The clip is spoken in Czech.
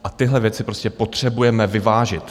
A tyhle věci prostě potřebujeme vyvážit.